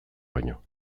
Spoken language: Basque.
baino